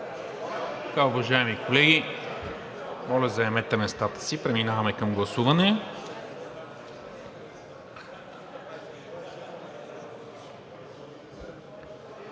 това е много